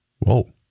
Whoa